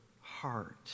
heart